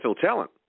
talent